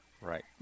right